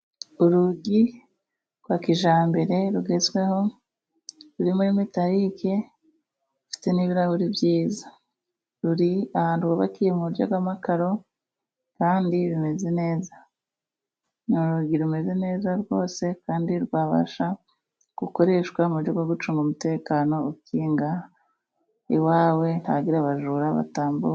Urugi rwa kijyambere rugezweho rurimo mitarike, rufite n'ibirahuri byiza. Ruri ahantu hubakiye mu buryo bw'amakaro kandi rumeze neza. Ni urugi rumeze neza rwose kandi rwabasha gukoreshwa mu buryo bwo gucunga umutekano, ukinga iwawe ntihagire abajura batambuka.